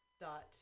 dot